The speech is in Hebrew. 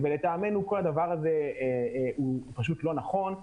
לטעמנו, כל הדבר הזה לא נכון.